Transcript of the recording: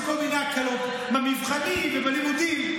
כל מיני הקלות במבחנים ובלימודים.